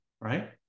Right